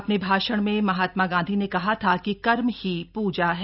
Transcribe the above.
अपने भाषण में महात्मा गांधी ने कहा था कि कर्म ही प्रजा है